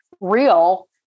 real